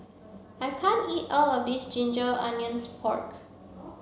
I can't eat all of this ginger onions pork